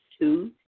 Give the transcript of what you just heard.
Two